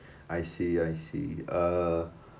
I see I see uh